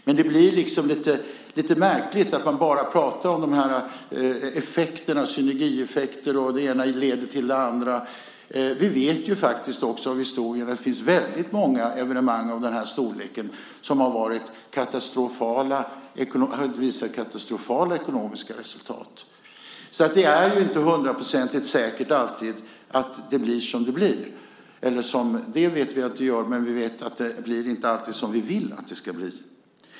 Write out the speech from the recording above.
Men det blir lite märkligt när man bara pratar om de här effekterna, om synergieffekter och om att det ena leder till det andra. Vi vet faktiskt också av historien att det finns väldigt många evenemang av den här storleken som har visat upp katastrofala ekonomiska resultat. Det är ju inte alltid hundraprocentigt säkert att det blir som vi vill att det ska bli.